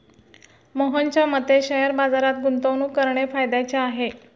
मोहनच्या मते शेअर बाजारात गुंतवणूक करणे फायद्याचे आहे